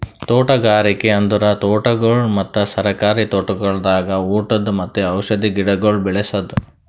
ತೋಟಗಾರಿಕೆ ಅಂದುರ್ ತೋಟಗೊಳ್ ಮತ್ತ ಸರ್ಕಾರಿ ತೋಟಗೊಳ್ದಾಗ್ ಊಟದ್ ಮತ್ತ ಔಷಧ್ ಗಿಡಗೊಳ್ ಬೆ ಳಸದ್